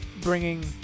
bringing